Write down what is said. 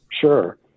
Sure